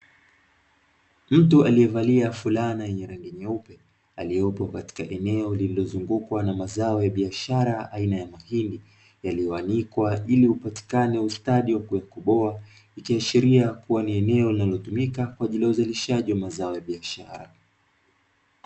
Mtu aliyevalia fulana yenye rangi nyeupe aliyepo katika eneo lililozungukwa na mazao ya biashara aina ya mahindi yaliyoanikwa iliwapate ustadi wa kuyakoboa. Ikiashiria ni eneo linalotumika kwa ajili ya mazao ya biashara.